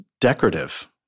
decorative